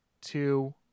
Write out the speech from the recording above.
two